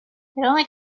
only